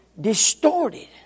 distorted